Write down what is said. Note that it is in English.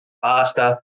faster